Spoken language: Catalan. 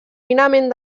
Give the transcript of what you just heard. finament